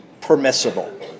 permissible